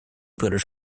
british